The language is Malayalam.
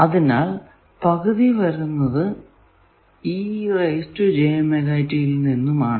അതിനാൽ പകുതി വരുന്നത് യിൽ നിന്നും ആണ്